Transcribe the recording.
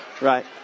Right